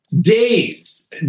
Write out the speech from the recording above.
days